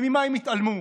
וממה הם יתעלמו.